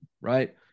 right